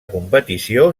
competició